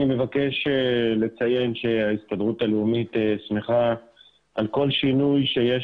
אני מבקש לציין שההסתדרות הלאומית שמחה על כל שינוי שיש